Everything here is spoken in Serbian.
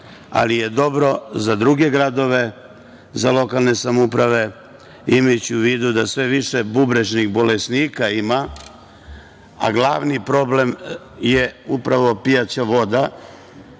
to je dobro za druge gradove, za lokalne samouprave, imajući u vidu da sve više bubrežnih bolesnika ima, a glavni problem je upravo pijaća voda,